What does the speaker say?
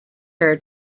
her